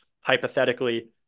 hypothetically